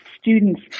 students